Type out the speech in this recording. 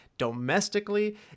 domestically